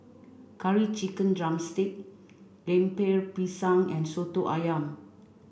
curry chicken drumstick Lemper Pisang and Soto Ayam